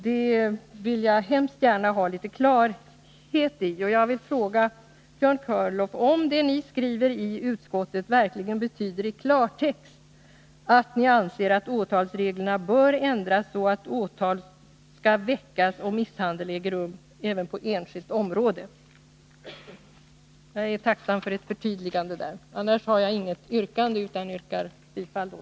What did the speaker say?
Jag vill mycket gärna ha klarhet på den punkten. Jag vill fråga Björn Körlof: Betyder det som ni skriver i betänkandet att ni verkligen anser att åtalsreglerna bör ändras så, att åtal skall väckas, om misshandel äger rum även på enskilt område? Jag är tacksam för ett förtydligande på den punkten. F. ö. yrkar jag bifall till utskottets hemställan.